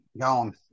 Gone